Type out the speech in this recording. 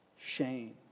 shame